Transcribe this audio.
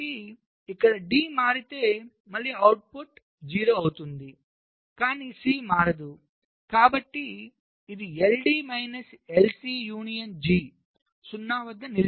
కాబట్టి ఇక్కడ D మారితే మళ్ళీ అవుట్పుట్ 0 అవుతుంది కానీ C మారదు కాబట్టి ఇది LD మైన స్ LC యూనియన్ G 0 వద్ద నిలిచిపోతుంది